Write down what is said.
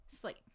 sleep